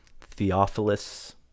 Theophilus